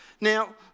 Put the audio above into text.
Now